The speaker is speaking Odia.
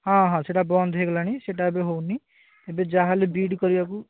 ହଁ ହଁ ସେଟା ବନ୍ଦ ହେଇଗଲାଣି ସେଟା ଏବେ ହେଉନି ଏବେ ଯା ହେଲେ ବି ଇ ଡ଼ି କରିବାକୁ